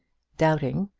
doubting,